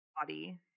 body